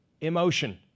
emotion